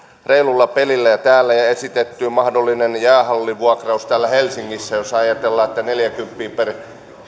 reilulla pelillä ja täällä helsingissä on esitetty mahdollinen jäähallivuokraus jos ajatellaan että neljäkymppiä per